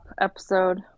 episode